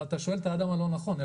אתה שואל את האדם הלא נכון.